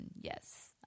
yes